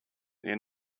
you